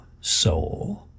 soul